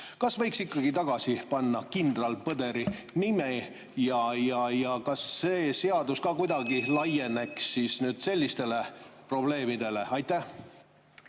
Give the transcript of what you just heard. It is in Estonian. Kas võiks ikkagi tagasi panna kindral Põdra nime ja kas see seadus kuidagi laieneks ka sellistele probleemidele? Aitäh!